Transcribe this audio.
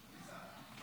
סעיפים 1 4